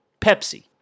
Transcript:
Pepsi